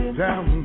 down